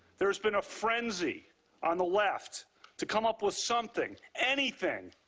there has been a frenzy on the left to come up with something, anything,